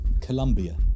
Colombia